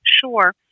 Sure